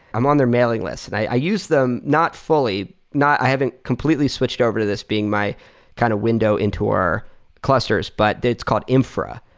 i'm on their mailing list, and i use them not fully not. i haven't completely switched over this being my kind of window into our clusters, but it's called infra.